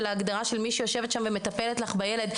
ההגדרה של מי שיושבת שם ומטפלת לך בילד.